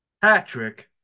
Patrick